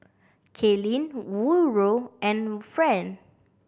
Kaylynn Woodroe and Friend